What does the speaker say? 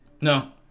no